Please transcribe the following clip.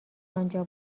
انجا